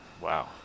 wow